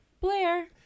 Blair